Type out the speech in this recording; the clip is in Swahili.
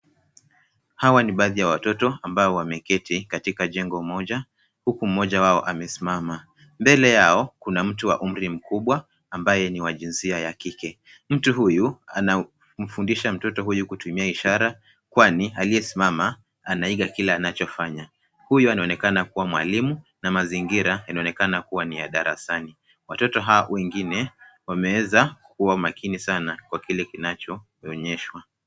Hawa ni baadhi ya watoto ,ambao wameketi katika jengo moja, huku mmoja wao amesimama. Mbele yao, kuna mtu wa umri mkubwa, ambaye ni wa jinsia ya kike. Mtu huyu, anamfundisha mtoto huyu kutumia ishara, kwani aliyesimama, anaiga kila anachofanya. Huyu anaonekana kuwa mwalimu na mazingira inaonekana kuwa ni ya darasani. Watoto hao wengine, wameweza kuwa makini sana kwa kile kinachoonyeshwa.